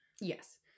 Yes